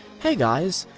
hey guys,